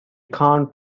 cannot